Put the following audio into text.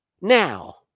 now